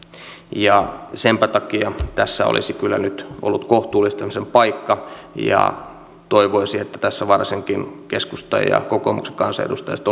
senpä takia tässä olisi kyllä nyt ollut kohtuullistamisen paikka ja toivoisi että tässä varsinkin keskustan ja kokoomuksen kansanedustajat